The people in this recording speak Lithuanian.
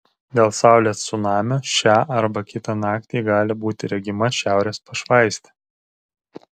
dėl saulės cunamio šią arba kitą naktį gali būti regima šiaurės pašvaistė